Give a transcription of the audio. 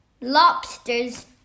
lobsters